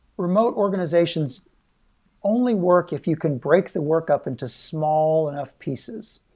remote organizations only work if you can break the work up into small enough pieces.